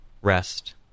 rest